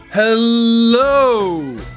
Hello